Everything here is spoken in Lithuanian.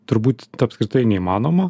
turbūt apskritai neįmanoma